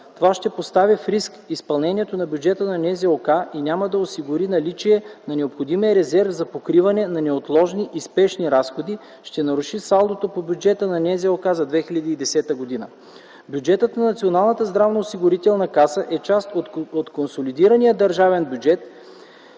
Това ще постави в риск изпълнението на бюджета на НЗОК и няма да осигури наличие на необходимия резерв за покриване на неотложни и спешни разходи, ще наруши салдото по бюджета на НЗОК за 2010г. Бюджетът на Националната здравноосигурителна каса е част от консолидирания държавен бюджет